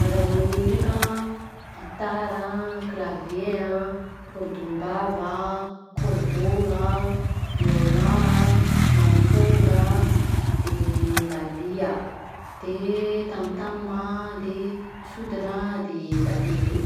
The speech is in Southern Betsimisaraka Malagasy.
Ah zava-magneno ndreka a gitara a, clavier a, korodombava a, korodogna a, violon a, amponga a, de valiha ,de tam tam a, de sodina a, de batery.